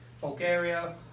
Bulgaria